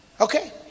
Okay